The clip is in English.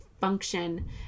function